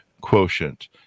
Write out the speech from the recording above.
quotient